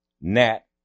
Nat